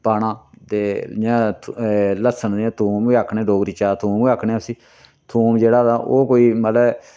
पाना ते इ'यां थ लस्सन इ'यां थूम बी आक्खने डोगरी च अस थूम गै आक्खने आं उसी थूम जेह्ड़ा तां ओह् कोई मतलबै